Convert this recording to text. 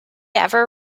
ever